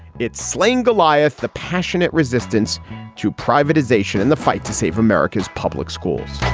it's slaying goliath, the passionate resistance to privatization and the fight to save america's public schools